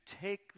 take